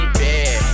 bad